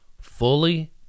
fully